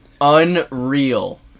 Unreal